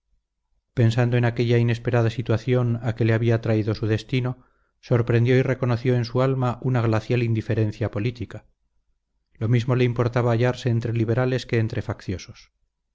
pensando en aquella inesperada situación a que le había traído su destino sorprendió y reconoció en su alma una glacial indiferencia política lo mismo le importaba hallarse entre liberales que entre facciosos